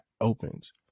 opens